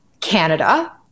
Canada